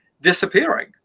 disappearing